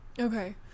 Okay